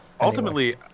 ultimately